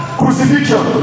crucifixion